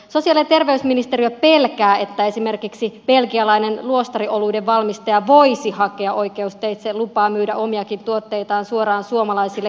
sosiaali ja terveysministeriö pelkää että esimerkiksi belgialainen luostarioluiden valmistaja voisi hakea oikeusteitse lupaa myydä omiakin tuotteitaan suoraan suomalaisille kuluttajille